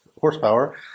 horsepower